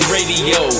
Radio